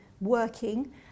working